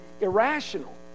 irrational